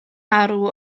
arw